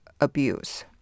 abuse